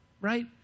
right